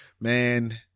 man